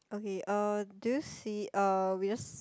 okay um do you see um we just